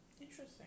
interesting